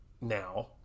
Now